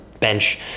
bench